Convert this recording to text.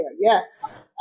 Yes